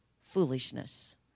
foolishness